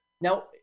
Now